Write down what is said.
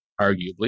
arguably